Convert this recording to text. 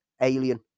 alien